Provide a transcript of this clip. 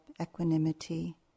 equanimity